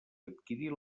adquirir